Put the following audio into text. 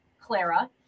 Clara